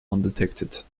undetected